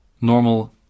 normal